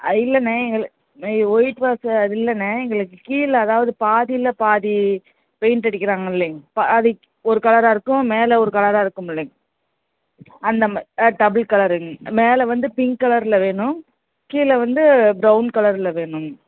ஆ இல்லைண்ணே எங்கள் இது ஒயிட் வாஷு அது இல்லைண்ணே எங்களுக்கு கீழே அதாவது பாதியில் பாதி பெயிண்ட்டு அடிக்கிறாங்களலிங்க பாதிக்கு ஒரு கலராக இருக்கும் மேலே ஒரு கலராக இருக்குமுல்லிங்க அந்தமாதிரி ஆ டபுள் கலருங்க மேலே வந்து பிங்க் கலரில் வேணும் கீழே வந்து ப்ரவுன் கலரில் வேணுங்க